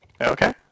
Okay